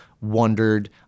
wondered